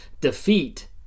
defeat